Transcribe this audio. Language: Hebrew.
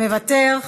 מוותר,